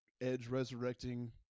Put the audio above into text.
edge-resurrecting